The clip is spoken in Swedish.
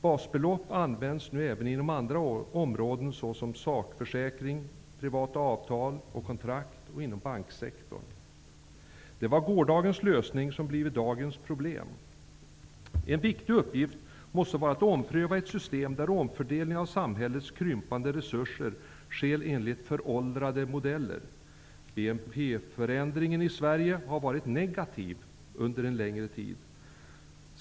Basbelopp används nu även inom andra områden såsom sakförsäkring, privata avtal och kontrakt samt inom banksektorn. Det som var gårdagens lösning har blivit dagens problem. En viktig uppgift måste vara att ompröva ett system där omfördelning av samhällets krympande resurser sker enligt föråldrade modeller. BNP förändringen i Sverige har varit negativ under en längre tid.